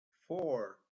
four